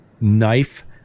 knife